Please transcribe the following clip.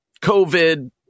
COVID